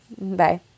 Bye